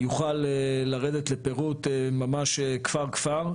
יוכל לרדת לפירוט ממש כפר-כפר,